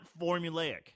formulaic